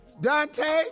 Dante